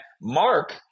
Mark –